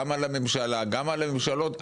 על הממשלה וגם על הממשלות,